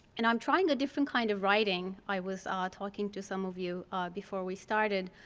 and i'm trying a different kind of writing. i was ah talking to some of you before we started.